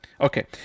Okay